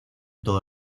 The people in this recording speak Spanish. todo